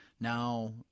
Now